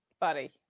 Buddy